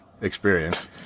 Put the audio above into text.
experience